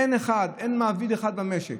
אין אחד, אין מעביד אחד במשק